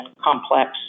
complex